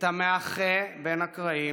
את המאחה בין הקרעים,